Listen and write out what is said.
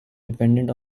dependent